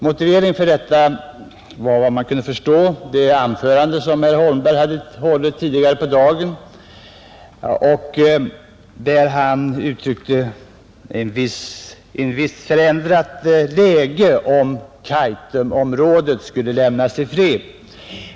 Motiveringen för detta var efter vad man kunde förstå det anförande som herr Holmberg hade hållit tidigare på dagen och där han sade att det i viss mån skulle bli ett förändrat läge om Kaitumområdet skulle lämnas i fred.